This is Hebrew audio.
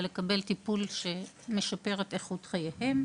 ויקבלו טיפול פאליאטיבי על מנת לשפר ככל האפשר את איכות חייהם.